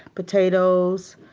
potatoes,